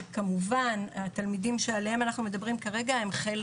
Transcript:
שכמובן התלמידים שעליהם אנחנו מדברים כרגע הם חלק